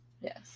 Yes